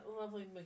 lovely